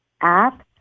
App